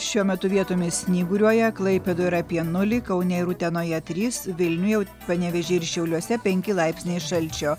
šiuo metu vietomis snyguriuoja klaipėdoj yra apie nulį kaune ir utenoje trys vilniuje panevėžy ir šiauliuose penki laipsniai šalčio